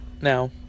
Now